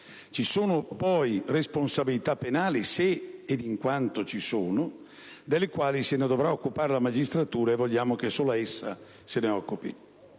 Vi sono anche responsabilità penali (se ed in quanto ci sono), delle quali se ne deve occupare la magistratura e vogliamo che solo essa se ne occupi.